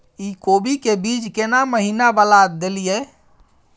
इ कोबी के बीज केना महीना वाला देलियैई?